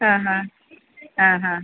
ആ ഹാ ആ ഹാ